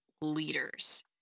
leaders